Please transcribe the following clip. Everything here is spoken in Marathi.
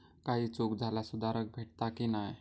काही चूक झाल्यास सुधारक भेटता की नाय?